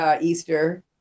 Easter